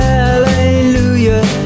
Hallelujah